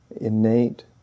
innate